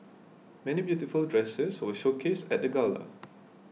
many beautiful dresses were showcased at the gala